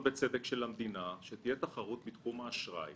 ובצדק, של המדינה שתהיה תחרות בתחום האשראי